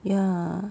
ya